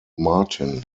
martin